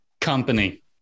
Company